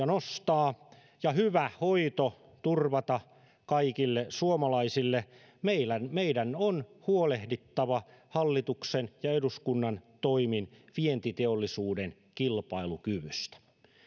nostaa ja hyvä hoito turvata kaikille suomalaisille meidän on huolehdittava hallituksen ja ja eduskunnan toimin vientiteollisuuden kilpailukyvystä